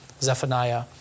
Zephaniah